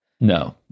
no